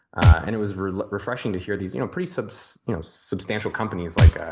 and it was refreshing to hear these you know pretty substantial you know substantial companies like